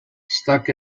stuck